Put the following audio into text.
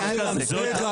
המציאות.